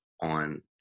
on